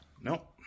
Nope